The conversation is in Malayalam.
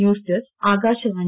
news desk Akashvani